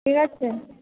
ঠিক আছে